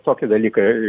toki dalykai